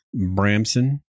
Bramson